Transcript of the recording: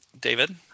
David